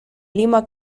lima